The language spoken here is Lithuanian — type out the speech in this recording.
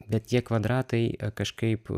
bet tie kvadratai kažkaip